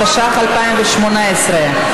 התשע"ח 2018,